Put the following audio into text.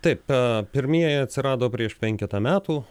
taip pirmieji atsirado prieš penketą metų